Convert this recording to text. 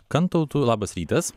kantautu labas rytas